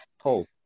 Hope